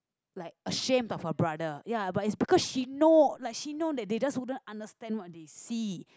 like ashamed of her brother ya but is because she know like she know that they just wouldn't understand what they see